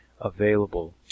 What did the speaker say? available